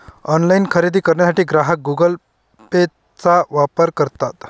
online खरेदी करण्यासाठी ग्राहक गुगल पेचा वापर करतात